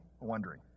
wondering